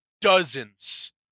dozens